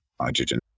hydrogen